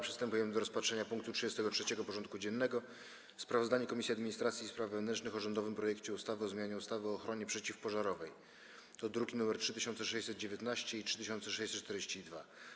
Przystępujemy do rozpatrzenia punktu 33. porządku dziennego: Sprawozdanie Komisji Administracji i Spraw Wewnętrznych o rządowym projekcie ustawy o zmianie ustawy o ochronie przeciwpożarowej (druki nr 3619 i 3642)